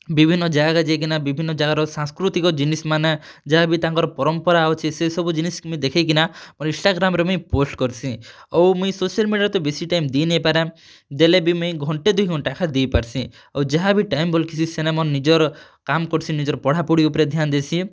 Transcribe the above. ବିଭିନ୍ନ ଜାଗାକେ ଯାଇକିନା ବିଭିନ୍ନ ଜାଗାର ସାଂସ୍କୃତିକ୍ ଜିନିଷ୍ ମାନେ ଯାହା ବି ତାଙ୍କର୍ ପରମ୍ପରା ଅଛେ ସେସବୁ ଜିନିଷ୍ ମୁଇଁ ଦେଖିକିନା ମୋର୍ ଇଂଷ୍ଟାଗ୍ରାମ୍ ରେ ମୁଇଁ ପୋଷ୍ଟ୍ କର୍ସିଁ ଆଉ ମୁଇଁ ସୋସିଆଲ୍ ମିଡ଼ିଆରେ ତ ବେଶୀ ଟାଇମ୍ ଦେଇ ନାଇଁ ପାରେ ଦେଲେ ବି ମୁଇଁ ଘଣ୍ଟେ ଦୁଇ ଘଣ୍ଟା ଦେଇ ପାର୍ସିଁ ଆଉ ଯାହାବି ଟାଇମ୍ ବଲ୍ସି ସେନ ମୋର୍ ନିଜର୍ କାମ୍ କର୍ସିଁ ନିଜର୍ ପଢ଼ାପୁଢ଼ି ଉପ୍ରେ ଧ୍ୟାନ୍ ଦେସିଁ